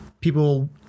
People